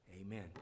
Amen